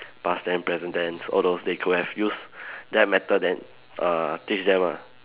past tense present tense all those thing could have used that method then err teach them ah